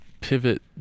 pivot